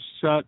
set